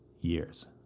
years